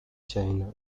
china